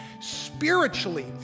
Spiritually